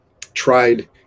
tried